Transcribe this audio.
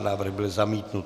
Návrh byl zamítnut.